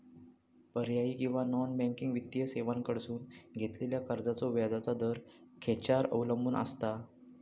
पर्यायी किंवा non banking वित्तीय सेवांकडसून घेतलेल्या कर्जाचो व्याजाचा दर खेच्यार अवलंबून आसता?